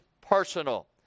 personal